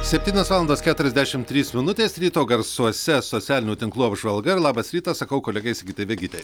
septynios valandos keturiasdešim trys minutės ryto garsuose socialinių tinklų apžvalga ir labas rytas sakau kolegai sigitai vegytei